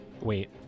Wait